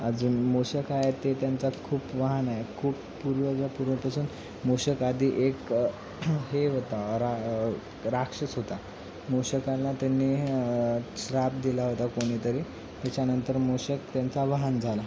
अजून मूषक आहेत ते त्यांचा खूप वाहन आहे खूप पूर्व पूर्वीपासून मूषक आधी एक हे होता रा राक्षस होता मूषकांना त्यांनी शाप दिला होता कोणीतरी त्याच्यानंतर मूषक त्यांचा वाहन झाला